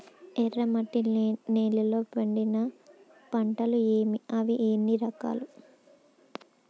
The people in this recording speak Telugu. ఎర్రమట్టి నేలలో పండించే పంటలు ఏవి? అవి ఎన్ని రకాలు?